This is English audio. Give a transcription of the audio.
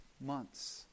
months